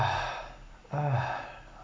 uh